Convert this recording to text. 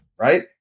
right